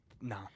No